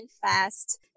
fast